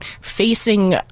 facing